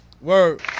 Word